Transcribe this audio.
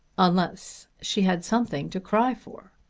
unless she had something to cry for.